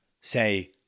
say